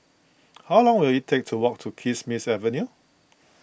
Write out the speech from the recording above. how long will it take to walk to Kismis Avenue